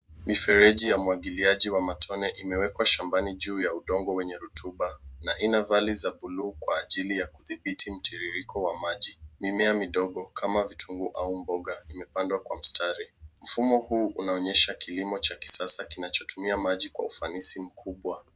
Mifereji ya umwagiliaji wa matone, imewekwa shambani juu ya udongo wenye rotuba na ina vali za buluu, kwa ajili ya kudhibiti mtiririko wa maji. Mimea midogo kama vitunguu au mboga, imepandwa kwa mstari. Mfumo huu unaonyesha kilimo cha kisasa, kinachotumia maji kwa ufanisi mkubwa.